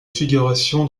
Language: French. figuration